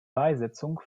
beisetzung